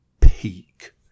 peak